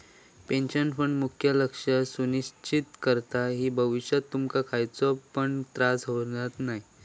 pension fund मुख्य लक्ष सुनिश्चित करता कि भविष्यात तुमका खयचो पण त्रास होता नये